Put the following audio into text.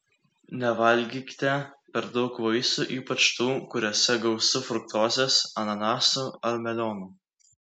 nevalgykite per daug vaisių ypač tų kuriuose gausu fruktozės ananasų ar melionų